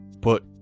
put